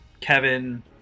Kevin